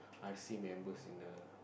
I see member signal